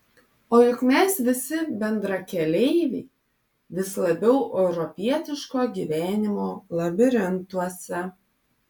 o juk mes visi bendrakeleiviai vis labiau europietiško gyvenimo labirintuose